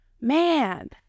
Man